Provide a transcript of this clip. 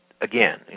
Again